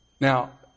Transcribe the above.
Now